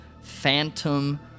Phantom